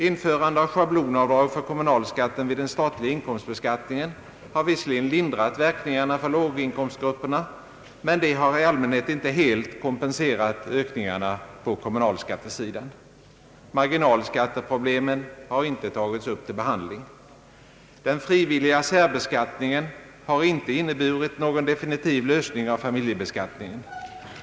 Införande av schablonavdrag för kommunalskatten vid den statliga inkomstbeskattningen har visserligen lindrat verkningarna för låginkomstgrupperna, men de har i allmänhet inte helt kompenserat ökningarna på kommunalskattesidan. Marginalskatteproblemen har inte tagits upp till behandling. Den frivilliga särbeskattningen har inte inneburit någon definitiv lösning av familjebeskattningen.